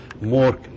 more